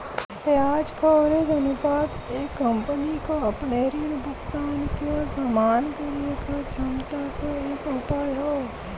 ब्याज कवरेज अनुपात एक कंपनी क अपने ऋण भुगतान क सम्मान करे क क्षमता क एक उपाय हौ